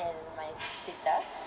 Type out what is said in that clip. and my sister